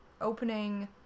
opening